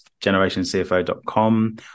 generationcfo.com